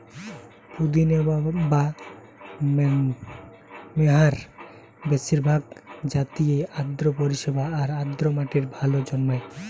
পুদিনা বা মেন্থার বেশিরভাগ জাতিই আর্দ্র পরিবেশ আর আর্দ্র মাটিরে ভালা জন্মায়